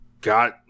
got